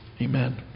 Amen